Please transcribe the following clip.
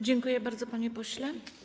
Dziękuję bardzo, panie pośle.